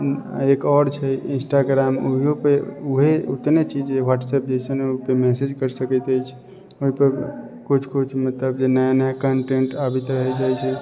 एक आओर छै इन्सटाग्राम ओहिओपर वएह ओतने चीज व्हाट्सअप जइसन ओहिपर मैसेज करि सकैत अछि ओहिपर किछु किछु मतलब जे नया नया कन्टेन्ट अबैत रहै छै